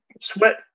Sweat